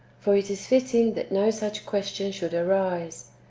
for it is fitting that no such question should arise,